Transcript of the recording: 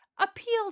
appeal